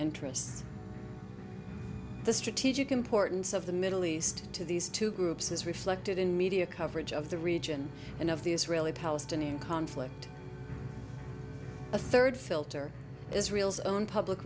interests the strategic importance of the middle east to these two groups is reflected in media coverage of the region and of the israeli palestinian conflict the third filter israel's own public